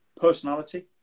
personality